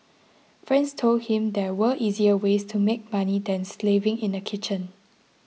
friends told him there were easier ways to make money than slaving in a kitchen